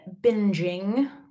binging